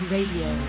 Radio